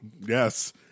Yes